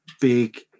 big